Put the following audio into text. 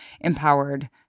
empowered